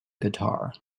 guitar